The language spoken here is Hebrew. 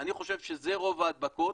אני חושב שזה רוב ההדבקות,